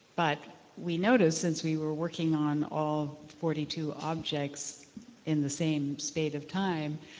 but we noticed since we were working on all forty two objects in the same spate of time,